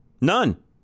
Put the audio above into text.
None